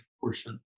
portion